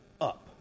up